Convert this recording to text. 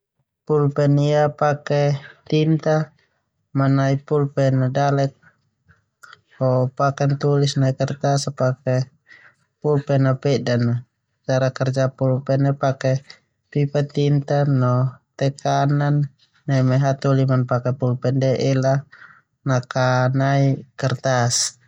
Pulpen ia pake tinta manai pulpen na dalek ho paken neu tulis nai kertas pake pulpen a pedan a. Cara kerja pulpen pake pipa tinta no tekanan neme hataholi manpake bulpen de la nakan kertas.